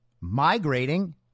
migrating